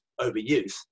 overuse